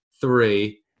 three